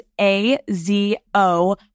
A-Z-O